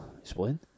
Explain